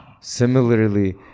Similarly